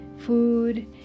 food